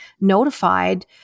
notified